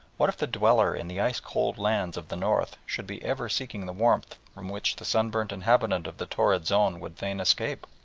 what if the dweller in the ice-cold lands of the north should be ever seeking the warmth from which the sunburnt inhabitant of the torrid zone would fain escape?